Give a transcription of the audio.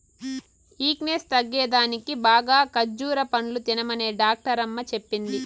weakness తగ్గేదానికి బాగా ఖజ్జూర పండ్లు తినమనే డాక్టరమ్మ చెప్పింది